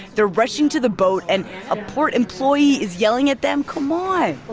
they're rushing to the boat. and a port employee is yelling at them, come um